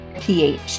pH